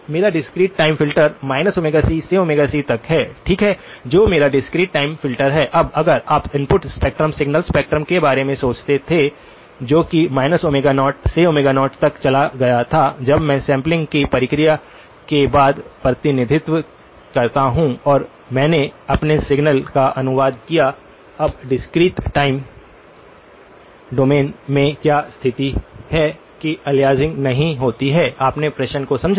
तो मेरा discrete time filter c से c तक है ठीक है जो मेरा डिस्क्रीट टाइम फ़िल्टर है अब अगर आप इनपुट स्पेक्ट्रम सिग्नल स्पेक्ट्रम के बारे में सोचते थे जो कि 0 से 0 तक चला गया था जब मैं सैंपलिंग की प्रक्रिया के बाद प्रतिनिधित्व करता हूं और मैंने अपने सिग्नल का अनुवाद किया अब डिस्क्रीट टाइम डोमेन में क्या स्थिति है कि अलियासिंग नहीं होता है आपने प्रश्न को समझा